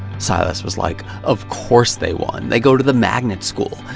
silas was like, of course they won. they go to the magnet school.